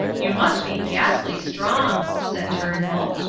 you must be ghastly strong, said turnbull.